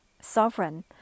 sovereign